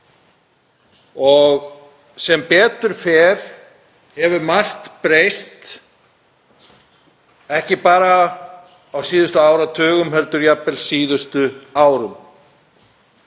Sem betur fer hefur margt breyst, ekki bara á síðustu áratugum heldur jafnvel á síðustu árum.